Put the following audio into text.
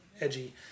edgy